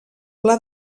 pla